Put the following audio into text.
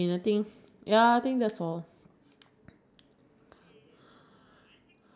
you just use foundation uh concealer just like to cover like you know if you have blemishes